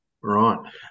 Right